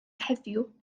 heddiw